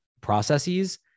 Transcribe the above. processes